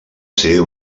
ser